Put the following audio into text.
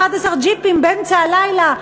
11 ג'יפים באמצע הלילה?